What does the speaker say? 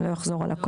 אני לא אחזור על הכל.